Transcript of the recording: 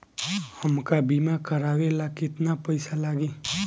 हमका बीमा करावे ला केतना पईसा लागी?